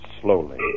slowly